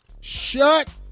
shut